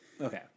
Okay